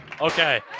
Okay